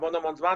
המון זמן,